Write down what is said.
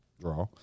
draw